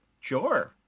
sure